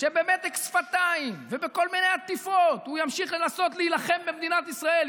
שבמתק שפתיים ובכל מיני עטיפות הוא ימשיך לנסות להילחם במדינת ישראל,